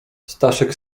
staszek